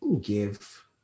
give